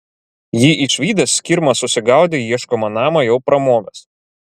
jį išvydęs skirma susigaudė ieškomą namą jau pramovęs